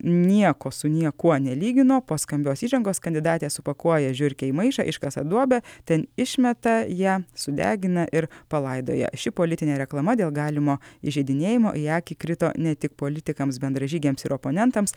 nieko su niekuo nelygino po skambios įžangos kandidatė supakuoja žiurkę į maišą iškasa duobę ten išmeta ją sudegina ir palaidoja ši politinė reklama dėl galimo įžeidinėjimo į akį krito ne tik politikams bendražygiams ir oponentams